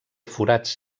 forats